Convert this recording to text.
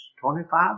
Twenty-five